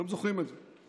אתם זוכרים את זה.